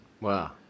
Wow